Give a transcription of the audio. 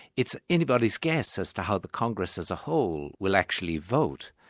it's anybody's guess as to how the congress as a whole will actually vote,